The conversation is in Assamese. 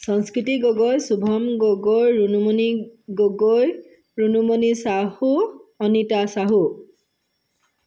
সংস্কৃতি গগৈ সুভম গগৈ ৰুণুমণি গগৈ ৰুণুমণি চাহু অনিতা চাহু